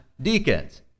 deacons